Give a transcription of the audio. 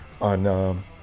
on